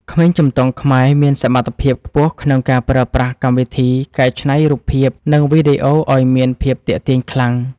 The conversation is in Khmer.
ក្មេងជំទង់ខ្មែរមានសមត្ថភាពខ្ពស់ក្នុងការប្រើប្រាស់កម្មវិធីកែច្នៃរូបភាពនិងវីដេអូឱ្យមានភាពទាក់ទាញខ្លាំង។